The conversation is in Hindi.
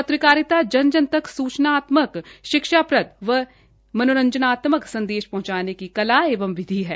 पत्रकारिता जन जन तक सूचनात्मकए शिक्षाप्रद एवं मनोरंजनात्मक संदेश पहँचाने की कला एंव विधा है